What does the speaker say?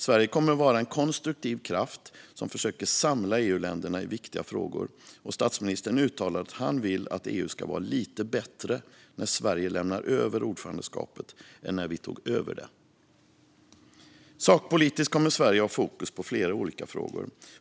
Sverige kommer att vara en konstruktiv kraft som försöker samla EU-länderna i viktiga frågor, och statsministern har uttalat att han vill att EU ska vara lite bättre när Sverige lämnar över ordförandeskapet än när vi tog över det. Sakpolitiskt kommer Sverige att ha fokus på flera olika frågor.